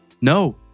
No